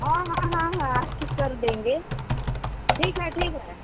हाँ हाँ हाँ हाँ ठीक कर देंगे ठीक है ठीक है